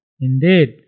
Indeed